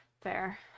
Fair